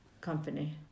company